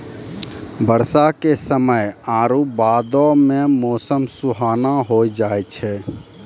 बरसा के समय आरु बादो मे मौसम सुहाना होय जाय छै